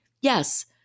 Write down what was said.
Yes